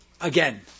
again